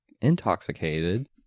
intoxicated